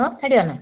ହଁ ଛାଡ଼ିବାନା